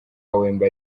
wemba